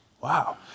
wow